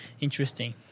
interesting